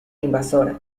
invasora